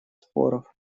споров